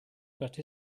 that